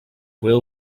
will